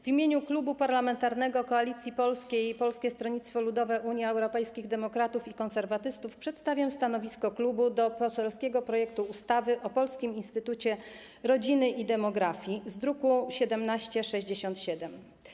W imieniu Klubu Parlamentarnego Koalicja Polska - Polskie Stronnictwo Ludowe, Unia Europejskich Demokratów, Konserwatyści przedstawiam stanowisko klubu wobec poselskiego projektu ustawy o Polskim Instytucie Rodziny i Demografii, druk nr 1767.